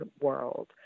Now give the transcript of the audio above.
world